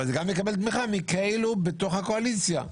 אבל גם מכאלה בתוך הקואליציה.